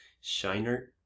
Shiner